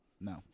No